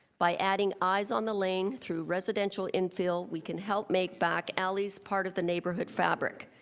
by adding eyes on the lane through residential infill, we can help make back alleys part of the neighbourhood fabric.